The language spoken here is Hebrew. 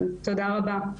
תודה רבה.